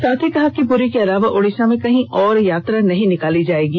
साथ ही कहा कि पुरी के अलावा ओड़िशा में कहीं और यात्रा नहीं निकाली जाएगी